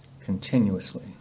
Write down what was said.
continuously